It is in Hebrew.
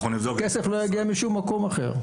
הכסף לא יגיע משום מקום אחר.